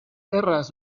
erraz